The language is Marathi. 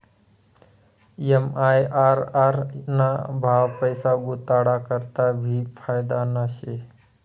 एम.आय.आर.आर ना भाव पैसा गुताडा करता भी फायदाना शे